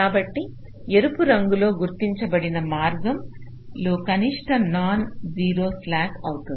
కాబట్టి ఎరుపు రంగులో గుర్తించబడిన మార్గం లో కనిష్ట నాన్ 0 స్లాక్ అవుతుంది